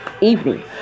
evening